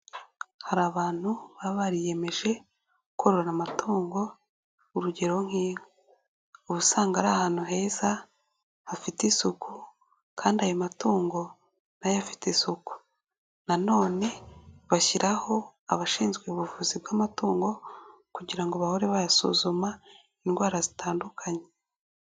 Hari abantu baba bariyeyemeje, korora amatungo, urugero nk'inka, ubu usanga ari ahantu heza, hafite isuku kandi ayo matungo n'ayo aba afite isuku, nanone bashyiraho, abashinzwe ubuvuzi bw'amatungo kugira ngo bahore bayasuzuma, indwara zitandukanye.